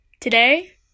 Today